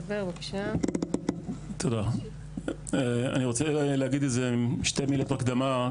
בבקשה אני רוצה להגיד קודם כל שתי מילים כהקדמה.